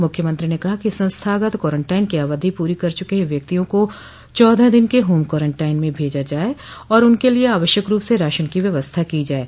मुख्यमंत्री ने कहा कि संस्थागत कोरोनटाइन की अवधि पूरी कर चुके व्यक्तियों को चौदह दिन के होम कोरोनेटाइन में भेजा जाए और उनके लिये आवश्यक रूप से राशन की व्यवस्था की जाये